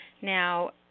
Now